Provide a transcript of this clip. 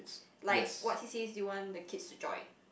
like what C_C_As do you want the kids to join